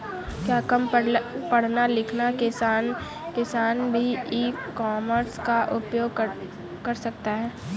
क्या कम पढ़ा लिखा किसान भी ई कॉमर्स का उपयोग कर सकता है?